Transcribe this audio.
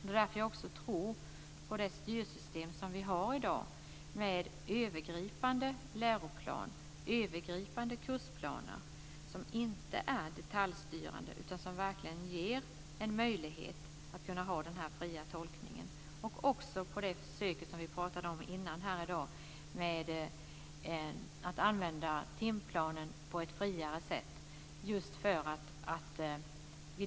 Det är därför jag också tror på det styrsystem som vi har i dag med en övergripande läroplan och övergripande kursplaner som inte är detaljstyrande utan som verkligen ger en möjlighet att göra den här fria tolkningen. Jag tror också på det försök som vi pratade om tidigare i dag med att använda timplanen på ett friare sätt.